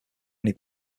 many